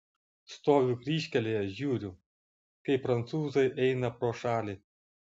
stoviu kryžkelėje žiūriu kaip prancūzai eina pro šalį